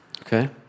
Okay